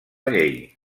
llei